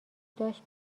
داشت